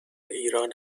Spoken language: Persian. ایران